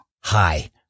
Hi